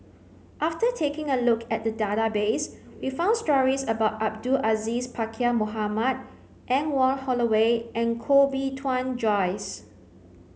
after taking a look at the database we found stories about Abdul Aziz Pakkeer Mohamed Anne Wong Holloway and Koh Bee Tuan Joyce